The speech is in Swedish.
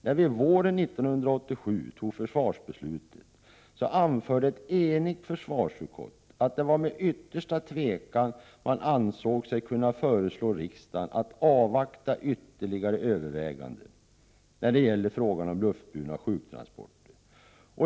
När försvarsbeslutet fattades våren 1987 anförde ett enigt försvarsutskott att det var med yttersta tvekan man ansåg sig kunna föreslå riksdagen att avvakta ytterligare överväganden när det gällde frågan om luftburna sjuktransporter.